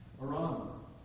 Iran